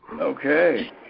Okay